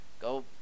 go